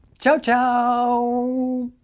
ciao, ciao. so